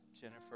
Jennifer